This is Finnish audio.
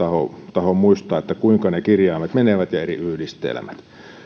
tahdo muistaa kuinka ne kirjaimet ja eri yhdistelmät